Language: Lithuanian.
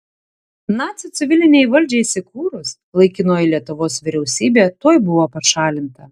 nacių civilinei valdžiai įsikūrus laikinoji lietuvos vyriausybė tuoj buvo pašalinta